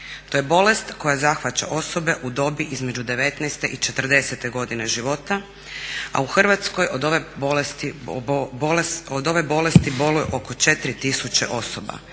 To je bolest koja zahvaća u dobi između 19.i 40.godine života. U Hrvatskoj od ove bolesti boluje oko 4 tisuće osoba,